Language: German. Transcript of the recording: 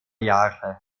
jahre